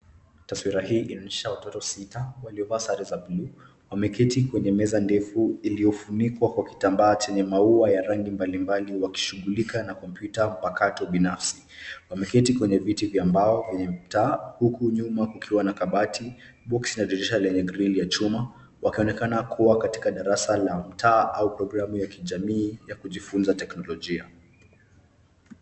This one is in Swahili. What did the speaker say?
Taswira hii inaonyesha watoto sita waliovaa sare za buluu. Wameketi kwenye meza ndefu iliyofunikwa kwa kitambaa chenye maua ya rangi mbalimbali, wakishughulika na kompyuta mpakato binafsi. Wameketi kwenye viti vya mbao kwenye mtaa huku nyuma kukiwa na kabati, boksi na dirisha lenye grili ya chuma; wakionekana kuwa katika darasa la mtaa au programu ya kijamii ya kujifunza teknolojia.